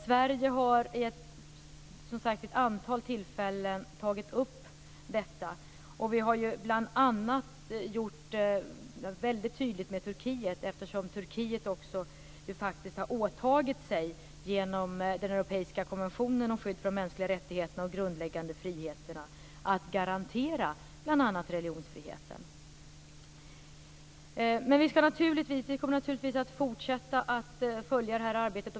Sverige har som sagt vid ett antal tillfällen tagit upp detta. Vi har bl.a. gjort detta väldigt tydligt med Turkiet. Turkiet har ju faktiskt genom den europeiska konventionen om skydd för de mänskliga rättigheterna och de grundläggande friheterna också har åtagit sig att garantera bl.a. religionsfriheten. Vi kommer naturligtvis att fortsätta att följa det här arbetet.